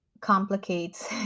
complicates